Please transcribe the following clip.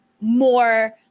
more